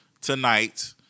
tonight